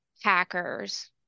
hackers